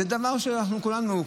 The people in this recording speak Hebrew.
זה דבר שכולנו,